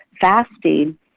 fasting